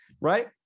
right